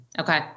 Okay